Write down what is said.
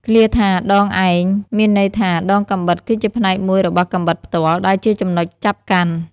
ឃ្លាថា «ដងឯង» មានន័យថាដងកាំបិតគឺជាផ្នែកមួយរបស់កាំបិតផ្ទាល់ ដែលជាចំណុចចាប់កាន់។